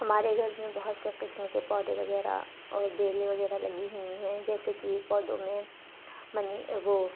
ہمارے گھر میں بہت سے قسم کے پودے وغیرہ اور بیلیں وغیرہ لگی ہوئی ہیں جیسے کہ پودوں میں منی وہ